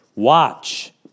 Watch